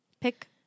Pick